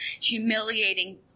humiliating